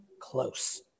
close